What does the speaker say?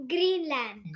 Greenland